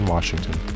Washington